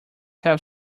have